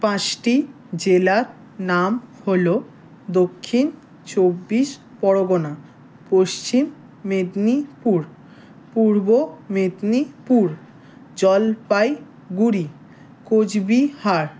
পাঁচটি জেলার নাম হলো দক্ষিণ চব্বিশ পরগনা পশ্চিম মেদনীপুর পূর্ব মেদনীপুর জলপাইগুড়ি কোচবিহার